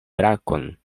brakon